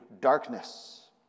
darkness